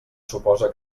suposa